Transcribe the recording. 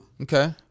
Okay